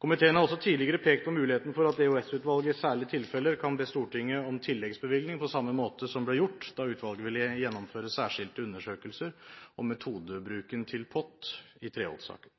Komiteen har også tidligere pekt på muligheten for at EOS-utvalget i særlige tilfeller kan be Stortinget om tilleggsbevilgning, på samme måte som det ble gjort da utvalget ville gjennomføre særskilte undersøkelser om metodebruken til POT i Treholt-saken.